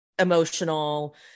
emotional